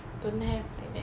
don't have like that